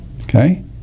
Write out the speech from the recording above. Okay